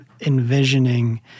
envisioning